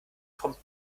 kommt